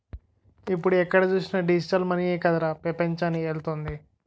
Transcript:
ఇప్పుడు ఎక్కడ చూసినా డిజిటల్ మనీయే కదరా పెపంచాన్ని ఏలుతోంది